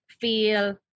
feel